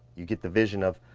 you get the vision of,